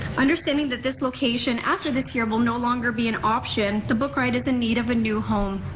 understanding that this location, after this year, will no longer be an option, the book riot is in need of a new home.